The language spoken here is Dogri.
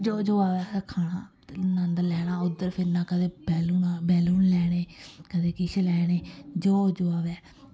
जो जो आवै असें खाना ते नंद लैना उद्धर फिरना कदें बैलून बैलून लैने कदें किश लैने जो जो आवै